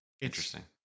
Interesting